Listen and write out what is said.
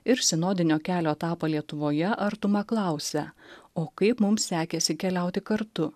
ir sinodinio kelio etapą lietuvoje artuma klausia o kaip mums sekėsi keliauti kartu